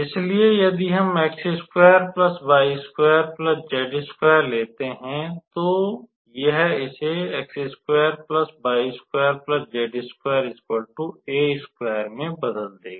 इसलिए यदि हम लेते हैं तो यह इसे मैं बदल देगा